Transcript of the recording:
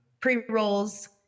pre-rolls